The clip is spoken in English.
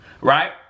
right